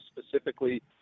specifically